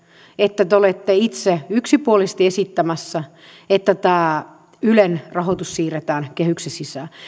että te olette itse yksipuolisesti esittämässä että tämä ylen rahoitus siirretään kehyksen sisään